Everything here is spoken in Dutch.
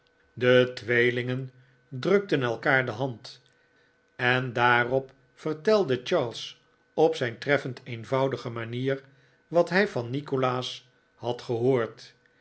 de tweelingen drukten elkaar de hand en daarop vertelde charles op zijn treffend eenvoudige manier wat hij van nikolaas had gehoord